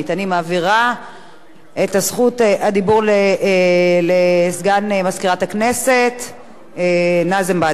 אני מעבירה את זכות הדיבור לסגן מזכירת הכנסת נאזם בדר.